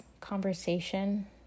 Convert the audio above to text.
conversation